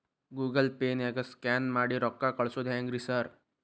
Google ಪೇನಾಗ scan ಮಾಡಿ ರೊಕ್ಕಾ ಕಳ್ಸೊದು ಹೆಂಗ್ರಿ ಸಾರ್?